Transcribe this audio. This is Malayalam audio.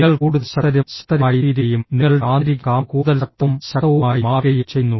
നിങ്ങൾ കൂടുതൽ ശക്തരും ശക്തരുമായിത്തീരുകയും നിങ്ങളുടെ ആന്തരിക കാമ്പ് കൂടുതൽ ശക്തവും ശക്തവുമായി മാറുകയും ചെയ്യുന്നു